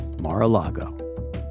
Mar-a-Lago